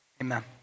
Amen